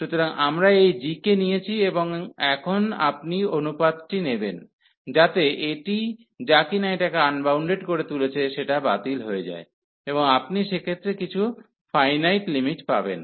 সুতরাং আমরা এই g কে নিয়েছি এবং এখন আপনি অনুপাতটি নেবেন যাতে এটি যাকিনা এটাকে আনবাউন্ডেড করে তুলেছে সেটা বাতিল হয়ে যায় এবং আপনি সেক্ষেত্রে কিছু ফাইনাইট লিমিট পাবেন